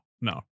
no